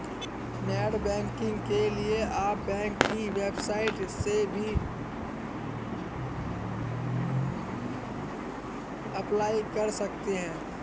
net banking के लिए आप बैंक की वेबसाइट से भी अप्लाई कर सकते है